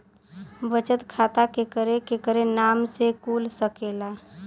बचत खाता केकरे केकरे नाम से कुल सकेला